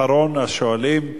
אחרון השואלים,